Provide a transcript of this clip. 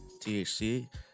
THC